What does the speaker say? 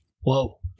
Whoa